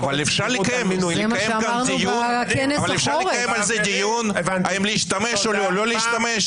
אפשר לקיים על זה דיון האם להשתמש או לא להשתמש?